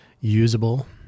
usable